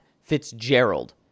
Fitzgerald